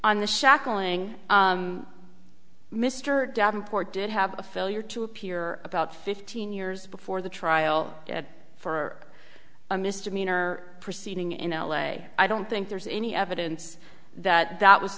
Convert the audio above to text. shackling mr davenport did have a failure to appear about fifteen years before the trial for a misdemeanor proceeding in l a i don't think there's any evidence that that was